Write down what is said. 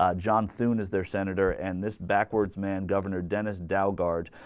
ah johnson has their senator and this backwards man governor dennis dow barge